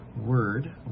word